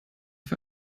für